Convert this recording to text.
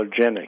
allergenic